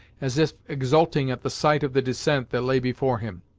as if exulting at the sight of the descent that lay before him.